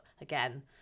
again